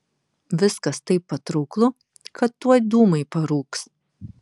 viskas taip patrauklu kad tuoj dūmai parūks